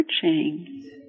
searching